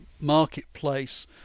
marketplace